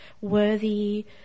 worthy